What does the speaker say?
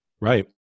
Right